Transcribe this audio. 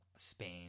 Spain